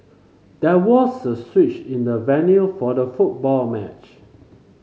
there was a switch in the venue for the football match